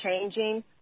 changing